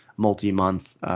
multi-month